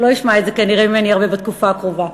הוא כנראה לא ישמע את זה הרבה ממני בתקופה הקרובה,